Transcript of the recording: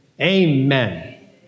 Amen